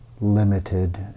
limited